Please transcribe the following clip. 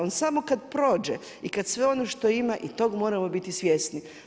On samo kada prođe i kada sve ono što ima i tog moramo biti svjesni.